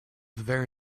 very